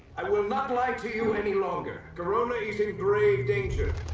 i will not lie to you any longer. corona is in grave danger!